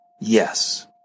Yes